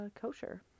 kosher